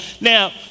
now